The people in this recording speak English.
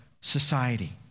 society